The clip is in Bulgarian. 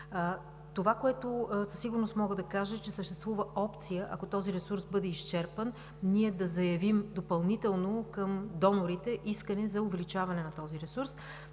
Това, което със сигурност мога да кажа, че съществува опция, ако този ресурс бъде изчерпан, ние да заявим допълнително към донорите искане за увеличаване на ресурса.